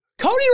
Cody